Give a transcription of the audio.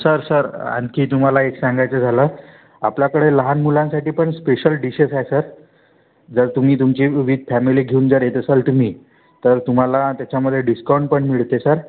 sir sir आणखी तुम्हाला एक सांगायचं झालं आपल्याकडे लहान मुलांसाठी पण स्पेशल डिशेस आहेत सर जर तुम्ही तुमची वित फॅमिली घेऊन जर येत असाल तुम्ही तर तुम्हाला त्याच्यामध्ये डिस्काऊंट पण मिळते सर